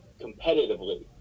competitively